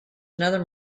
another